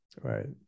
Right